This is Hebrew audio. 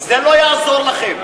זה לא יעזור לכם.